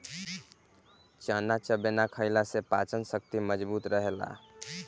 चना चबेना खईला से पाचन शक्ति मजबूत रहेला